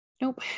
Nope